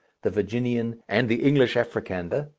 the virginian, and the english africander,